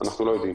אנחנו לא יודעים.